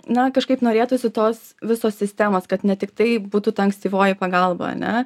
na kažkaip norėtųsi tos visos sistemos kad ne tiktai būtų ta ankstyvoji pagalba ane